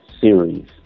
series